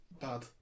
bad